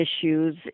issues